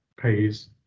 pays